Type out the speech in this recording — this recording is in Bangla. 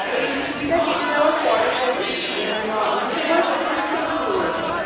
এই ছুটিটা কেটে যাওয়ার পরে করুন মানে ওই ডিসেম্বরের প্রথম দিক থেকে শুরু করে দিন